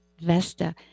Vesta